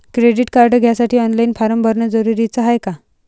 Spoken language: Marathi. क्रेडिट कार्ड घ्यासाठी ऑनलाईन फारम भरन जरुरीच हाय का?